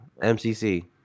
MCC